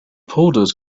polders